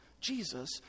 Jesus